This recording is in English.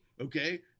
Okay